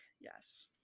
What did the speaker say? Yes